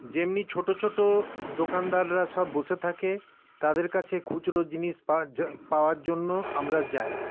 যেমনি ছোট ছোট দোকানদাররা সব বসে থাকে তাদের কাছে খুচরো জিনিস পাওয়ার য পাওয়ার জন্য আমরা যাই